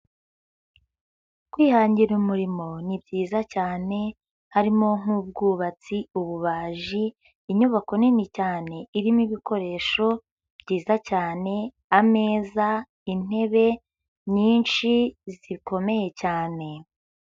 Kwihangira umurimo ni byiza cyane harimo nk'ubwubatsi, ububaji, inyubako nini cyane irimo ibikoresho byiza cyane ameza, intebe nyinshi zikomeye cyane.